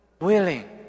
willing